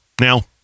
now